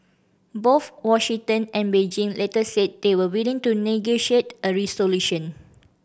both Washington and Beijing later said they were willing to negotiate a resolution